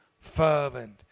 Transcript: fervent